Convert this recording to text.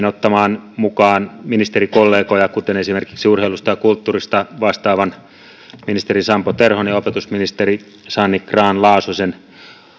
ottamaan mukaan erityisesti ministerikollegoja kuten esimerkiksi urheilusta ja kulttuurista vastaavan ministerin sampo terhon ja ja opetusministeri sanni grahn laasosen